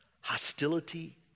hostility